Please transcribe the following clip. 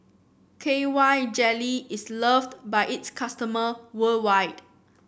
K Y Jelly is loved by its customer worldwide